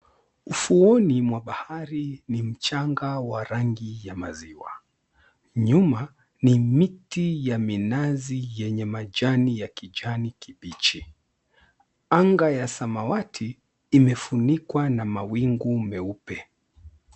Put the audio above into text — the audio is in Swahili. Ufuoni mwa bahari ni mchanga ya rangi ya maziwa. Nyuma, ni miti ya minazi yenye majani ya kijani kibichi. Anga ya samawati, imefunikwa na mawingu meupe.